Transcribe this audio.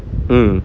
mm